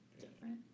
Different